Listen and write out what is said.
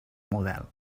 model